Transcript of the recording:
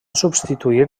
substituir